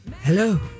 hello